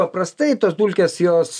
paprastai tos dulkės jos